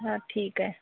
हां ठीक आहे